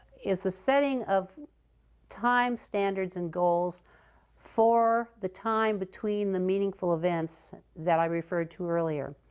is the setting of time standards and goals for the time between the meaningful events that i referred to earlier.